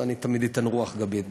ואני תמיד אתן רוח גבית.